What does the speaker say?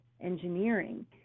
engineering